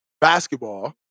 basketball